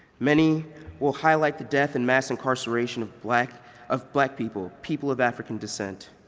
many will highlight the death and mass incarceration of black of black people, people of african dissent,